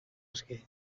eske